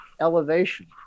elevation